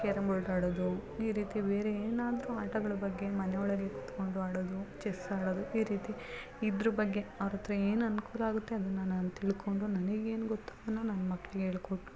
carrom board ಆಡೋದು ಈ ರೀತಿ ಬೇರೆ ಏನಾದರೂ ಆಟಗಳ ಬಗ್ಗೆ ಮನೆ ಒಳಗೆ ಕುತ್ಕೊಂಡು ಆಡೋದು ಚೆಸ್ ಆಡೋದು ಈ ರೀತಿ ಇದ್ರ ಬಗ್ಗೆ ಅವ್ರ ಹತ್ರ ಏನು ಅನುಕೂಲ ಆಗುತ್ತೆ ಅದನ್ನು ನಾನು ತಿಳ್ಕೊಂಡು ನನಗೇನು ಗೊತ್ತು ಅದನ್ನು ನನ್ನ ಮಕ್ಕಳಿಗೆ ಹೇಳ್ಕೊಟ್ಟು